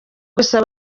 gusa